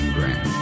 Grand